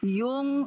yung